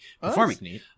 performing